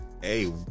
Hey